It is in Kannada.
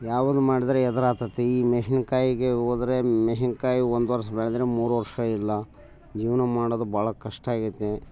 ಯಾವುದು ಮಾಡಿದರೆ ಎದುರು ಆಗ್ತತಿ ಈ ಮೆಣಸಿನ್ಕಾಯಿಗೆ ಹೋದ್ರೆ ಮೆಣಸಿನ್ಕಾಯಿ ಒಂದು ವರ್ಷ ಬೆಳದರೆ ಮೂರು ವರ್ಷ ಇಲ್ಲ ಜೀವನ ಮಾಡೋದು ಭಾಳ ಕಷ್ಟ ಆಗೈತಿ